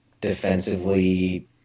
defensively